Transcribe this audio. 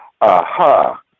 aha